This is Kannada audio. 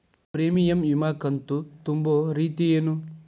ಪ್ರೇಮಿಯಂ ವಿಮಾ ಕಂತು ತುಂಬೋ ರೇತಿ ಏನು?